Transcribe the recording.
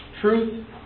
Truth